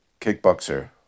Kickboxer